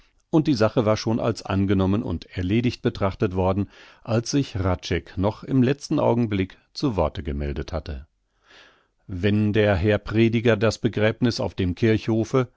und die sache war schon als angenommen und erledigt betrachtet worden als sich hradscheck noch im letzten augenblick zum worte gemeldet hatte wenn der herr prediger das begräbniß auf dem kirchhofe